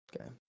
Okay